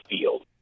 field